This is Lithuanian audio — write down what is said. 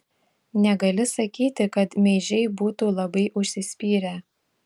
negali sakyti kad meižiai būtų labai užsispyrę